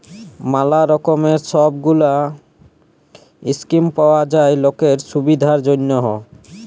ম্যালা রকমের সব গুলা স্কিম পাওয়া যায় লকের সুবিধার জনহ